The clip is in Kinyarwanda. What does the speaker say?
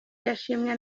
yashimwe